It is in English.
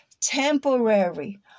temporary